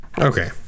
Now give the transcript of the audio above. Okay